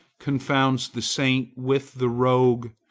confounds the saint with the rogue,